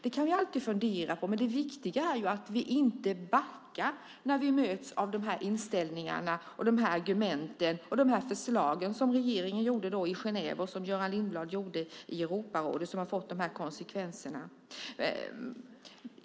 Det kan vi alltid fundera på, men det viktiga är ju att vi inte backar när vi möts av de här inställningarna, de här argumenten och de här förslagen, som regeringen gjorde i Genève och som Göran Lindblad gjorde i Europarådet, vilket har fått de här konsekvenserna.